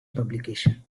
publication